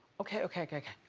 okay, okay, okay.